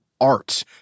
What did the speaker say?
art